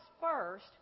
first